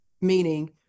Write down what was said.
meaning